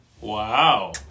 Wow